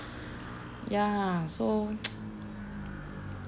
ya so